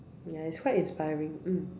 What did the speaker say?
ya its quite inspiring mm